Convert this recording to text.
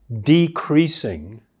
decreasing